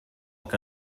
que